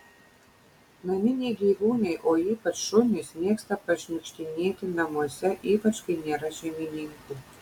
naminiai gyvūnai o ypač šunys mėgsta pašniukštinėti namuose ypač kai nėra šeimininkų